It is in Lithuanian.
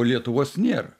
lietuvos nėr